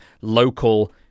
local